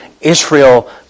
Israel